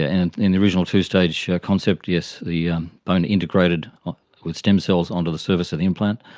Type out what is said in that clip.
ah and in the original two-stage concept, yes, the um bone integrated with stem cells onto the surface of the implant,